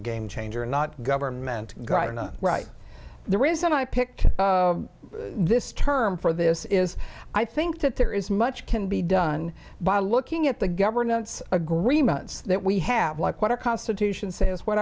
game changer not government got another right the reason i pick this term for this is i think that there is much can be done by looking at the governance agreements that we have like what our constitution says what